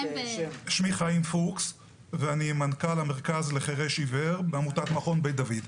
אני מנכ"ל המרכז לחירש-עיוור בעמותת מכון בית דוד.